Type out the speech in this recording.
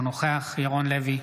אינו נוכח ירון לוי,